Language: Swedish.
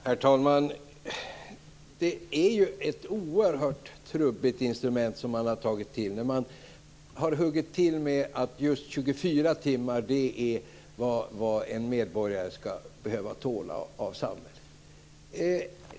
Herr talman! Det är ett oerhört trubbigt instrument som man har tagit till när man hugger till med att just 24 timmars frihetsberövande är vad en medborgare skall behöva tåla från samhällets sida.